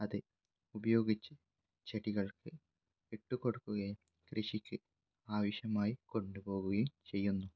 അത് ഉപയോഗിച്ച് ചെടികൾക്ക് ഇട്ട് കൊടുക്കുകയും കൃഷിക്ക് ആവശ്യമായി കൊണ്ടുപോവുകയും ചെയ്യുന്നു